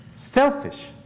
Selfish